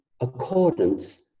accordance